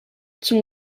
zum